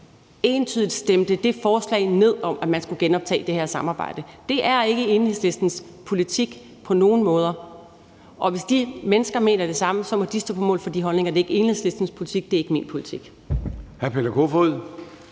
entydigt – stemte det forslag ned om, at man skulle genoptage det her samarbejde. Det er ikke på nogen måder Enhedslistens politik, og hvis de mennesker mener det, må de stå på mål for de holdninger; det er ikke Enhedslistens politik, og det er ikke min politik.